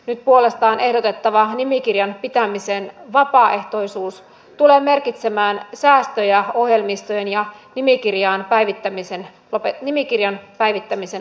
nyt puolestaan ehdotettava nimikirjan pitämisen vapaaehtoisuus tulee merkitsemään säästöjä ohjelmistojen ja nimikirjan päivittämisen lopettamisen myötä